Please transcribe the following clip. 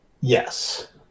Yes